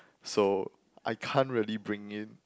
so I can't really bring in